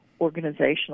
organizational